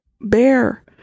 bear